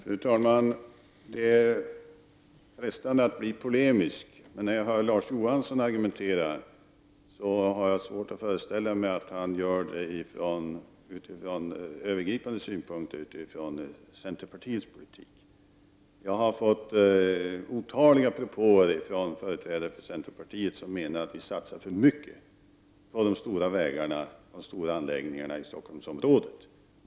Fru talman! Detta frestar mig att bli polemisk. När jag hör Larz Johanssons argumentation har jag svårt att föreställa mig att han argumenterar utifrån övergripande synpunkter i centerpolitiken. Jag har fått otaliga propåer från företrädare för centern om att man satsar för mycket på de stora vägarna och de stora anläggningarna i Stockholmsområdet.